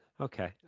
Okay